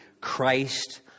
Christ